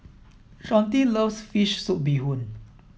Shawnte loves fish soup bee Hoon